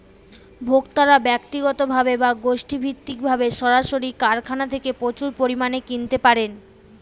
ভোক্তারা ব্যক্তিগতভাবে বা গোষ্ঠীভিত্তিকভাবে সরাসরি কারখানা থেকে প্রচুর পরিমাণে কিনতে পারেন